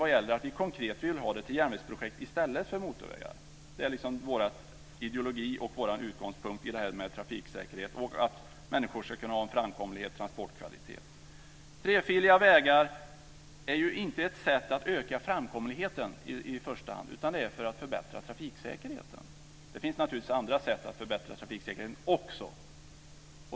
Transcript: Vi vill konkret ha järnvägsprojekt i stället för motorvägar. Det är vår ideologi och vår utgångspunkt i trafiksäkerhetsfrågor. Människor ska kunna ha en framkomlighet och en transportkvalitet. Trefiliga vägar är inte i första hand ett sätt att öka framkomligheten utan en fråga om att öka trafiksäkerheten. Det finns naturligtvis också andra sätt att förbättra trafiksäkerheten.